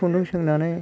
खुन्दुं सोंनानै